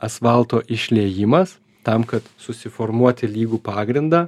asfalto išliejimas tam kad susiformuoti lygų pagrindą